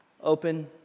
Open